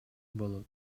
болот